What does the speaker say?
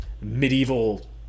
medieval